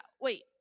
wait